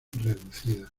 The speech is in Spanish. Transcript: reducida